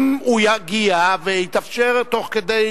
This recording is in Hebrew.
אם הוא יגיע ויתאפשר תוך כדי,